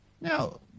Now